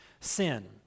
sin